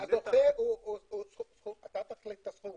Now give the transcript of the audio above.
אתה תחליט את הסכום